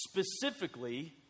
Specifically